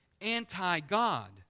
anti-God